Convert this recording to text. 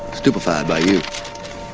stupefied by you.